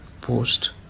post